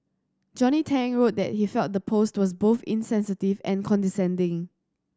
Johnny Tang wrote that he felt the post was both insensitive and condescending